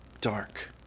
dark